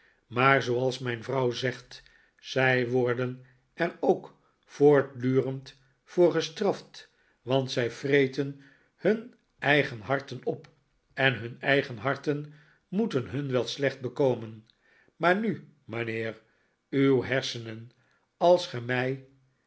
maar zooals mijn vrouw zegt zij worden er ook voortdurend voor gestraft want zij vreten hun eigen harten op en hun eigen harten moeten hun wel slecht bekomen maar nu mijnheer uw hersenen als ge mij